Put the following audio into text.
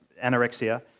anorexia